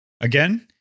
Again